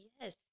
yes